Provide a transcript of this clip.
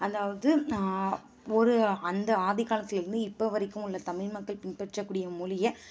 அதாவது ஒரு அந்த ஆதி காலத்திலருந்து இப்போ வரைக்கும் உள்ள தமிழ் மக்கள் பின்பற்றக்கூடிய மொழிய